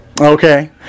Okay